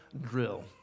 drill